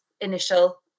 initial